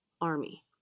army